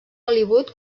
hollywood